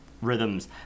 rhythms